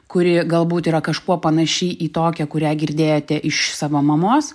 kuri galbūt yra kažkuo panaši į tokią kurią girdėjote iš savo mamos